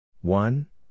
One